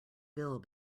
bill